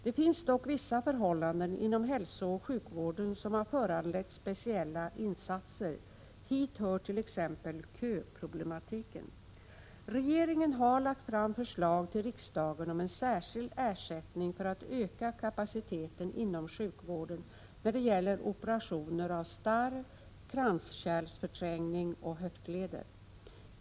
Det finns dock vissa förhållanden inom hälsooch sjukvården som har föranlett speciella insatser. Hit hör t.ex. köproblematiken. Regeringen har lagt fram förslag till riksdagen om en särskild ersättning för att öka kapaciteten inom sjukvården när det gäller operationer av starr, kranskärlsförträngning och höftleder.